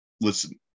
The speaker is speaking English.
Listen